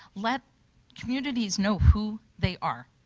let communities know who they are,